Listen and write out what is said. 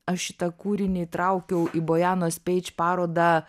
aš šitą kūrinį įtraukiau į bojanos peidž parodą